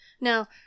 Now